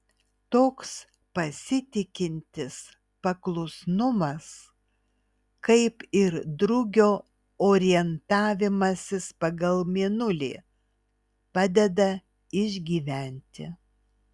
toks pasitikintis paklusnumas kaip ir drugio orientavimasis pagal mėnulį padeda išgyventi